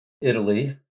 Italy